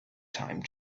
time